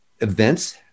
events